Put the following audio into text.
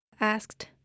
asked